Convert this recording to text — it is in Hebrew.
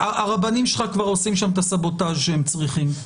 הרבנים שלך כבר עושים את הסבוטאז' שהם צריכים שם.